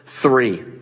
three